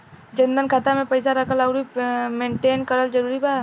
जनधन खाता मे पईसा रखल आउर मेंटेन करल जरूरी बा?